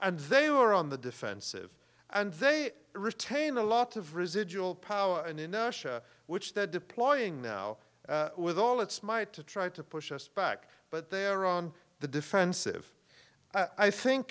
and they were on the defensive and they retain a lot of residual power and inertia which they're deploying now with all its might to try to push us back but they're on the defensive i think